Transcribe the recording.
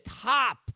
top